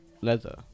leather